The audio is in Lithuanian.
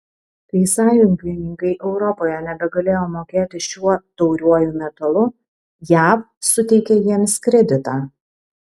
kai sąjungininkai europoje nebegalėjo mokėti šiuo tauriuoju metalu jav suteikė jiems kreditą